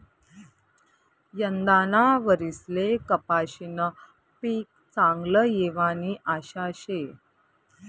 यंदाना वरीसले कपाशीनं पीक चांगलं येवानी आशा शे